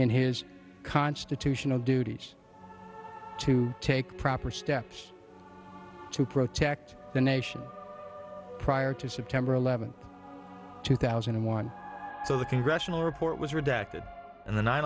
in his constitutional duties to take proper steps to protect the nation prior to september eleventh two thousand and one so the congressional report was redacted and the nine